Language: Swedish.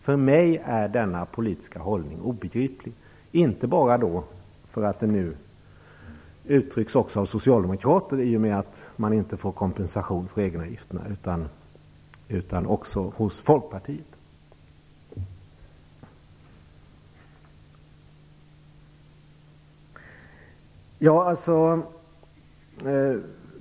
För mig är denna politiska hållning obegriplig, inte bara för att den nu uttrycks också av Socialdemokraterna i och med att man inte får kompensation för egenavgifterna utan också av Folkpartiet.